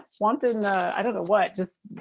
wanton i don't know what. just,